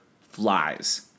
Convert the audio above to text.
flies